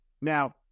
Now